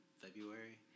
february